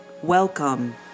Welcome